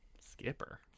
Skipper